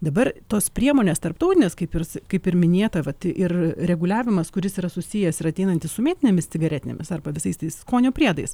dabar tos priemonės tarptautinės kaip ir kaip ir minėta vat ir reguliavimas kuris yra susijęs ir ateinantis su mėtinėmis cigaretėmis arba visais tais skonio priedais